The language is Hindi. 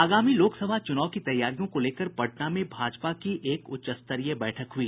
आगामी लोकसभा चुनाव की तैयारियों को लेकर पटना में भाजपा की एक उच्चस्तरीय बैठक हुई